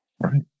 Right